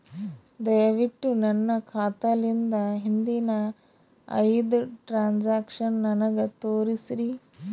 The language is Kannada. ದಯವಿಟ್ಟು ನನ್ನ ಖಾತಾಲಿಂದ ಹಿಂದಿನ ಐದ ಟ್ರಾಂಜಾಕ್ಷನ್ ನನಗ ತೋರಸ್ರಿ